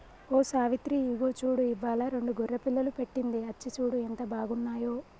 ఓ సావిత్రి ఇగో చూడు ఇవ్వాలా రెండు గొర్రె పిల్లలు పెట్టింది అచ్చి సూడు ఎంత బాగున్నాయో